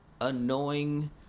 annoying